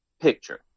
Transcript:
picture